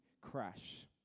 crash